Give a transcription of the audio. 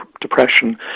depression